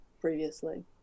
previously